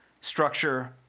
structure